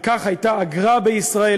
ועל כך הייתה אגרה בישראל,